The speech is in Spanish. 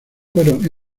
fueron